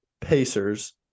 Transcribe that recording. Pacers